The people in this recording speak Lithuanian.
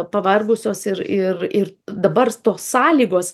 pavargusios ir ir ir dabar tos sąlygos